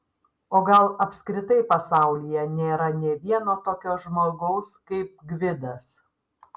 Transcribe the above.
o gal apskritai pasaulyje nėra nė vieno tokio žmogaus kaip gvidas